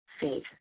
faith